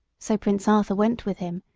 so prince arthur went with him,